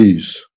Isso